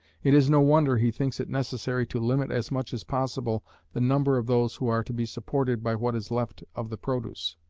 it is no wonder he thinks it necessary to limit as much as possible the number of those who are to be supported by what is left of the produce.